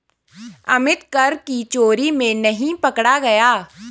अमित कर की चोरी में नहीं पकड़ा गया